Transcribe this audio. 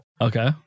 Okay